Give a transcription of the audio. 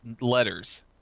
letters